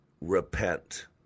repent